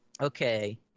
Okay